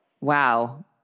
Wow